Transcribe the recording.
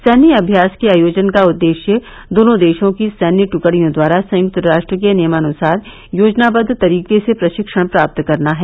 सैन्य अम्यास के आयोजन का उद्देश्य दोनों देशों की सैन्य ट्रकडियों द्वारा संयुक्त राष्ट्र के नियमानुसार योजनाबद्व तरीके से प्रशिक्षण प्राप्त करना है